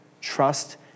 Trust